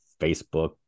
Facebook